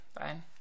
fine